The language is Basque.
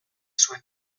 zuen